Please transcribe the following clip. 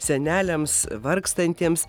seneliams vargstantiems